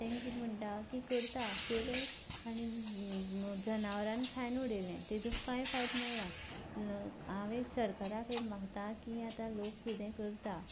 ते कितें म्हणटा की करता केलें आनी जनावरान खावन उडयलें ताचो कांयच फायदो मेळना हांव सरकारा कडेन मागतां की आतां लोक कितें करता